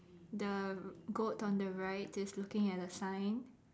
the goat on the right is looking at a sign